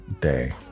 day